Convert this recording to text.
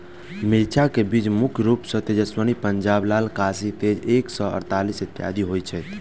मिर्चा केँ बीज मुख्य रूप सँ तेजस्वनी, पंजाब लाल, काशी तेज एक सै अड़तालीस, इत्यादि होए छैथ?